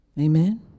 Amen